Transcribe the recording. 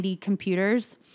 computers